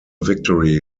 victory